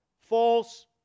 false